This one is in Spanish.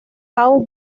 pau